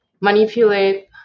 manipulate